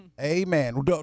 amen